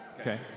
Okay